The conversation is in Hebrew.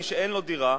מי שאין לו דירה,